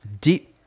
deep